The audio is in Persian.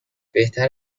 بهتر